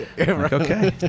Okay